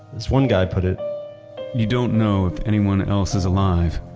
this one guy put it you don't know if anyone else is alive.